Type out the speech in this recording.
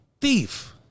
thief